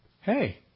Hey